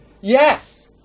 Yes